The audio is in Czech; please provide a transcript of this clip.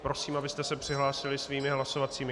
Prosím, abyste se přihlásili svými hlasovacími kartami.